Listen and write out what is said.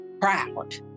proud